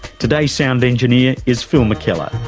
today's sound engineer is phil mckellar.